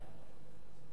בפעם האחרונה,